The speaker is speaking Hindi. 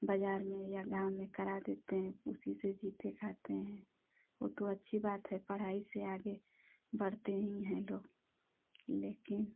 बाजार में या गाँव में कर देते हैं उसी से जीते खाते हैं वो तो अच्छी बात है पढ़ाई से आगे बढ़ते ही हैं लोग लेकिन